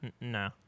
No